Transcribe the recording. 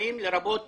ובאירועים לרבות